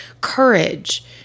courage